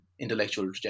Intellectual